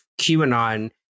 QAnon